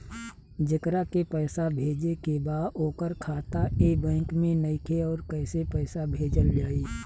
जेकरा के पैसा भेजे के बा ओकर खाता ए बैंक मे नईखे और कैसे पैसा भेजल जायी?